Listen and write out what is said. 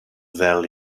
ddel